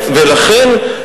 אני מודה לך,